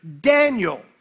Daniel